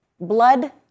Blood